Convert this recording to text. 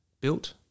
built